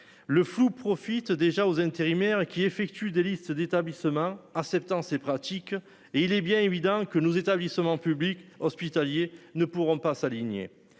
Le flou profite déjà aux intérimaires qui effectuent des listes d'établissements à septembre c'est pratique et il est bien évident que nos établissements publics hospitaliers ne pourront pas s'aligner